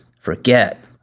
forget